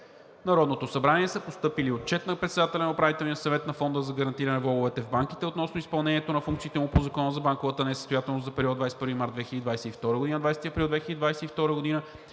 Народното събрание са постъпили Отчет на председателя на Управителния съвет на Фонда за гарантиране на влоговете в банките относно изпълнението на функциите му по Закона за банковата несъстоятелност за периода 21 март 2022 г.